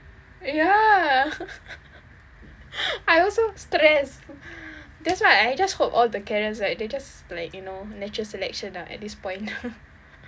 ya I also stress that's why I just hope all the karens right they just like you know natural selection lah at this point